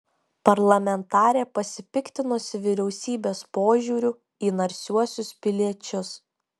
parlamentarė pasipiktinusi vyriausybės požiūriu į narsiuosius piliečius